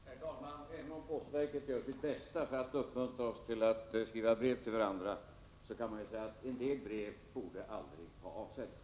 Herr talman! Även om postverket gör sitt bästa för att uppmuntra oss att skriva brev till varandra kan man säga: En del brev borde aldrig ha avsänts.